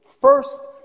First